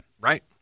Right